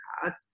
cards